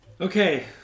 Okay